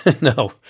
No